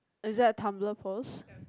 is that Tumblr post